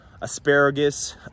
asparagus